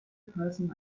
person